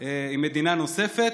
עם מדינה נוספת,